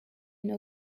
une